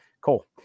cool